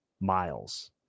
miles